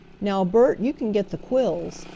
now, bert, you can get the quills,